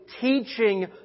teaching